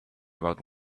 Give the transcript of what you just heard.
about